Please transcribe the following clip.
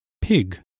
pig